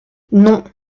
non